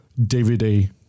DVD